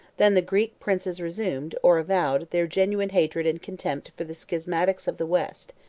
than the greek princes resumed, or avowed, their genuine hatred and contempt for the schismatics of the west,